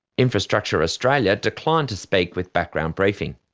infrastructure australia declined to speak with background briefing.